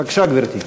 בבקשה, גברתי.